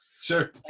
Sure